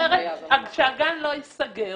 שהגן לא ייסגר.